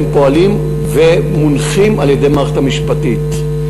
הם פועלים ומונחים על-ידי המערכת המשפטית.